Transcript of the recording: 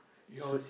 Sue